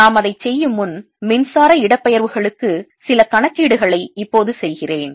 நாம் அதைச் செய்யும் முன் மின்சார இடப்பெயர்வுகளுக்கு சில கணக்கீடுகளை இப்போது செய்கிறேன்